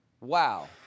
Wow